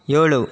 ಏಳು